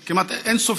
ומספרם כמעט אין-סופי,